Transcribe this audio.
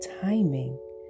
timing